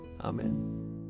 Amen